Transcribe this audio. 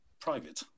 private